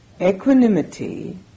Equanimity